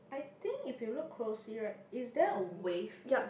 I think if you look closely right is there a wave